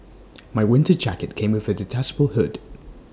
my winter jacket came with A detachable hood